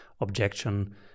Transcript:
objection